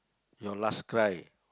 your last cry